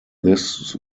this